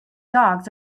dogs